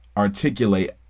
articulate